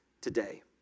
today